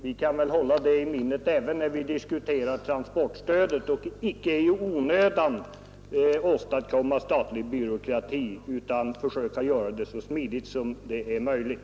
Vi kan hålla de klagomålen i minnet även när vi diskuterar transportstödet. Vi bör försöka att inte i onödan åstadkomma statlig byråkrati, utan göra det hela så smidigt som möjligt.